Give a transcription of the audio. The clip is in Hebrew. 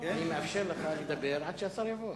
אני מאפשר לך לדבר עד שהשר יבוא.